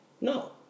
no